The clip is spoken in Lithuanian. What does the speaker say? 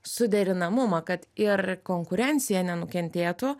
suderinamumą kad ir konkurencija nenukentėtų